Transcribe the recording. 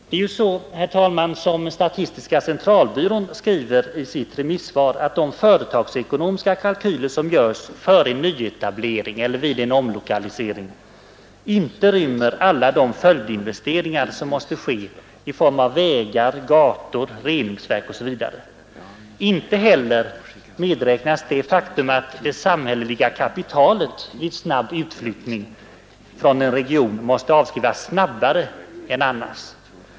Det är ju så, herr talman, som statistiska centralbyrån skriver i sitt remissvar, att de företagsekonomiska kalkyler som görs före en nyetablering eller vid en omlokalisering inte rymmer alla de följdinvesteringar som måste ske i form av vägar, gator, reningsverk osv. Inte heller medräknas det faktum att det samhälleliga kapitalet vid snabb utflyttning från en region måste avskrivas snabbare än annars.